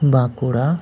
Bankura